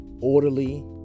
orderly